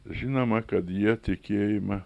žinoma kad jie tikėjimą